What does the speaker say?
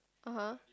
ah [huh]